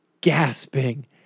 gasping